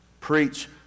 Preach